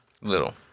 Little